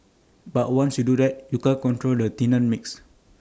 but once you do that you can't control the tenant mix